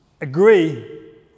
Agree